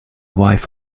wife